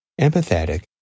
empathetic